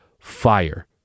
fire